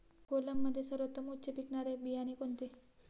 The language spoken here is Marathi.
कोलममध्ये सर्वोत्तम उच्च पिकणारे बियाणे कोणते?